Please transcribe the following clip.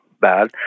bad